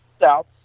South